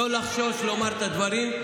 לא לחשוש לומר את הדברים.